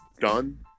done